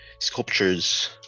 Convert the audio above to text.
sculptures